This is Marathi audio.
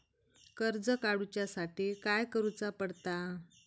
कर्ज काडूच्या साठी काय करुचा पडता?